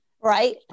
right